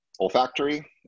Olfactory